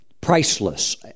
priceless